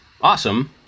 awesome